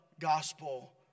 gospel